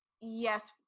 yes